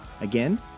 Again